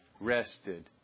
rested